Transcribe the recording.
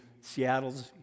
Seattle's